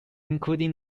including